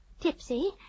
tipsy